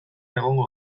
egongo